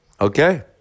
Okay